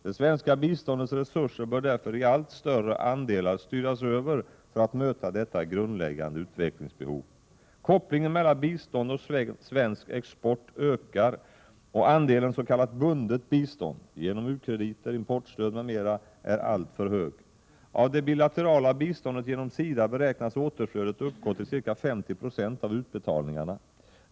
Det svenska biståndets resurser bör därför i allt större andelar styras över för att möta detta grundläggande utvecklingsbehov. Kopplingen mellan bistånd och svensk export ökar, och andelen s.k. bundet bistånd — genom u-krediter, importstöd m.m. —-är alltför stor. Av det bilaterala biståndet genom SIDA beräknas återflödet uppgå till ca 50 96 av utbetalningarna.